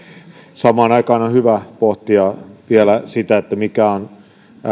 samaan aikaan on on hyvä pohtia vielä sitä mikä on